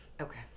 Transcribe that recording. Okay